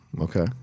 Okay